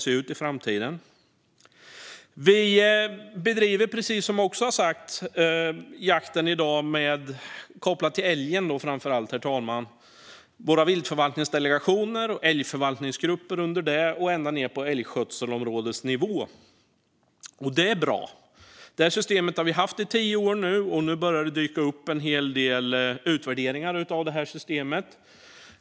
Som sagts bedriver vi i dag jakten - framför allt kopplat till älgen, herr talman - med våra viltförvaltningsdelegationer, älgförvaltningsgrupper under det och ända ned på älgskötselområdesnivå. Det är bra. Detta system har vi haft i tio år, och nu börjar det dyka upp en hel del utvärderingar av det.